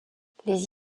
les